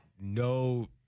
no